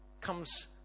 comes